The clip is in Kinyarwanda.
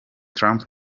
trump